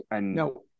No